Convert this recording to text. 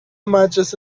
مجلس